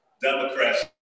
Democrats